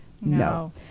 No